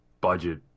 budget